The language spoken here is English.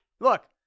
Look